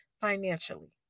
financially